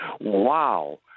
wow